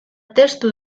testu